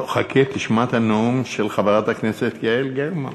טוב, חכה, תשמע את הנאום של חברת הכנסת יעל גרמן.